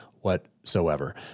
whatsoever